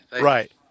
Right